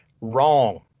Wrong